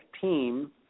team